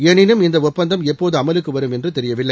எனினும் இந்த ஒப்பந்தம் எப்போது அமலுக்கு வரும் என தெரிவிக்கவில்லை